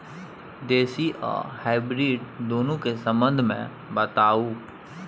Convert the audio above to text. देसी आ हाइब्रिड दुनू के संबंध मे बताऊ?